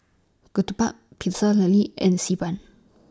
Ketupat Pecel Lele and Xi Ban